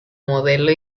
modelo